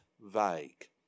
vague